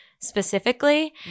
specifically